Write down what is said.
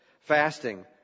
Fasting